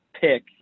pick